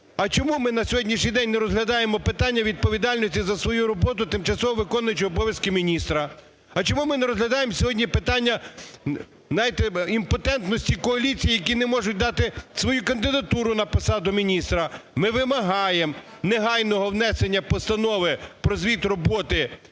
А чому ми на сьогоднішній день не розглядаємо питання відповідальності за свою роботу тимчасово виконуючого обов'язки міністра? А чому ми не розглядаємо сьогодні питання, знаєте, імпотентності коаліції, які не можуть дати свою кандидатуру на посаду міністра? Ми вимагаємо негайного внесення постанови про звіт роботи